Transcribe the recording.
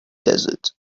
desert